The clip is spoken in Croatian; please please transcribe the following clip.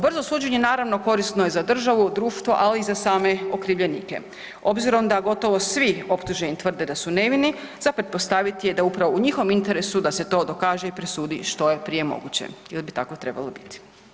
Brzo suđenje naravno korisno je za državu, društvo ali i za same okrivljenike obzirom da gotovo svi optuženi tvrde da su nevini za pretpostavit je da je upravo u njihovom interesu da se to dokaže i presudi što je prije moguće jer bi tako trebalo biti.